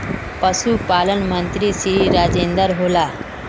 पशुपालन मंत्री श्री राजेन्द्र होला?